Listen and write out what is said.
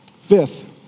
Fifth